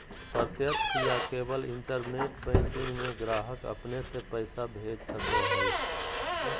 प्रत्यक्ष या केवल इंटरनेट बैंकिंग में ग्राहक अपने से पैसा भेज सको हइ